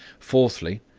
fourthly,